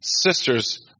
sister's